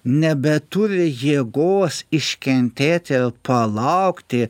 nebeturi jėgos iškentėti palaukti